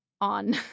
on